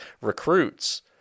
recruits